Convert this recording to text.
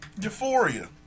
Euphoria